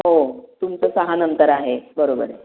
हो तुमचं सहानंतर आहे बरोबर आहे